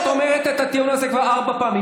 את הטיעון הזה כבר ארבע פעמים.